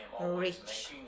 rich